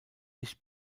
nicht